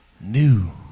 new